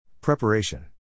Preparation